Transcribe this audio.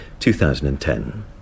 2010